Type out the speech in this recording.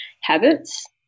habits